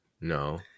no